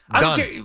Done